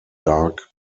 dark